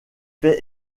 fait